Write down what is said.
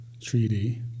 treaty